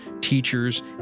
teachers